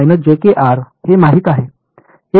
आम्हाला हे माहित आहे